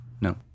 No